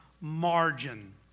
margin